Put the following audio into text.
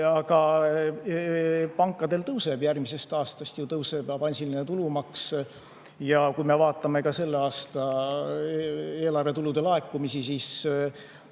Aga pankadel ju tõuseb järgmisest aastast avansiline tulumaks. Ja kui me vaatame selle aasta eelarvetulude laekumisi, siis pankade